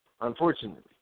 unfortunately